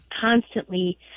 constantly